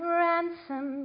ransom